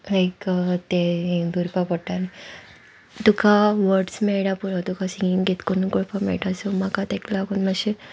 लायक तें हें भरपा पडटा आ तुका वड्स मेळटा पुरो तुका सिंगींग केतकून करपा मेळटा सो म्हाका तेका लागून मातशें